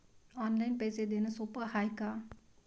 Online पैसे देण सोप हाय का?